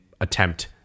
attempt